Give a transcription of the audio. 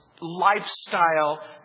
lifestyle